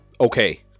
okay